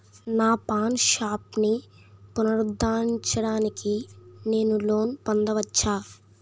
నా పాన్ షాప్ని పునరుద్ధరించడానికి నేను లోన్ పొందవచ్చా?